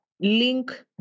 link